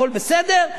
הכול בסדר.